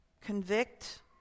convict